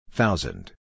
Thousand